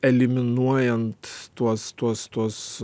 eliminuojant tuos tuos tuos